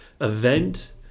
event